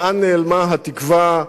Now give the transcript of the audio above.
לאן נעלמו התקווה,